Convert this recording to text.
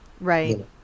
Right